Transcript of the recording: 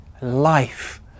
life